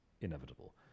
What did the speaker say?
inevitable